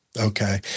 Okay